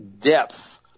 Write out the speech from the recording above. depth